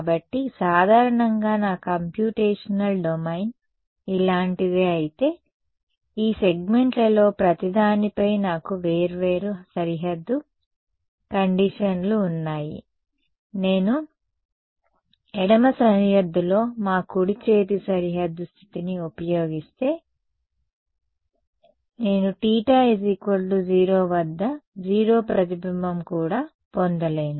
కాబట్టి సాధారణంగా నా కంప్యూటేషనల్ డొమైన్ ఇలాంటిదే అయితే ఈ సెగ్మెంట్లలో ప్రతిదానిపై నాకు వేర్వేరు సరిహద్దు కండీషన్ లు ఉన్నాయి నేను ఎడమ సరిహద్దులో మా కుడి చేతి సరిహద్దు స్థితిని ఉపయోగిస్తే నేను θ 0 వద్ద 0 ప్రతిబింబం కూడా పొందలేను